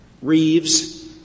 Reeves